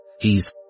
He's